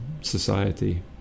society